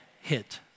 hit